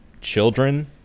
children